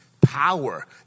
Power